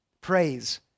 praise